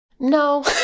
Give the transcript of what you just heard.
No